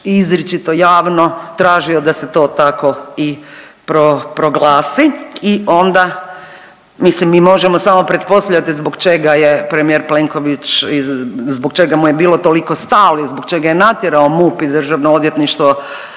izričito javno tražio da se to tako i pro, proglasi i onda mislim mi možemo samo pretpostavljati zbog čega je premijer Plenković i zbog čega mu je bilo toliko stalo i zbog čega je natjerao MUP i DORH da potpuno